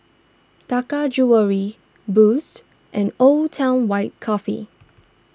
Taka Jewelry Boost and Old Town White Coffee